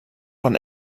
von